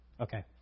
Okay